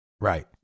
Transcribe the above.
Right